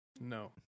No